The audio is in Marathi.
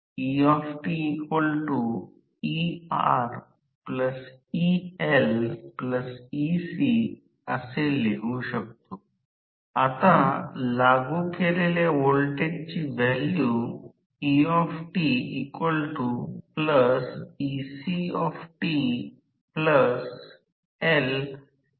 आता स्टेटर टर्मिनल ला व्होल्टेज शी जोडताना पुरवठा पुरवठा व्होल्टेज आहे